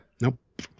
Nope